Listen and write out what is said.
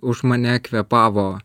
už mane kvėpavo